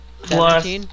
plus